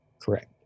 Correct